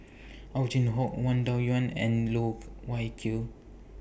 Ow Chin Hock Wang Dayuan and Loh Wai Kiew